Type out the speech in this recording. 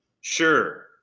Sure